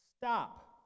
stop